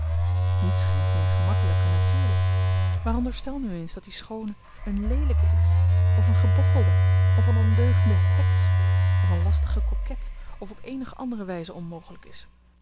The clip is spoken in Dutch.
niets schijnt meer gemakkelijk en natuurlijk maar onderstel nu eens dat die schoone eene leelijke is of eene gebochelde of eene ondeugende heks of eene lastige coquette of op eenige andere wijze onmogelijk is